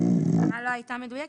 הכוונה לא הייתה מדויקת.